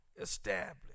established